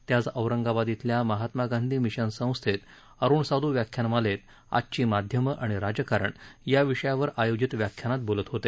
ते आज औरंगाबाद इथल्या महात्मा गांधी मिशन संस्थेत अरूण साधू व्याख्यानमालेत आजची माध्यमं आणि राजकारण या विषयावर आयोजित व्याख्यानात बोलत होते